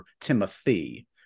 Timothy